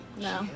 No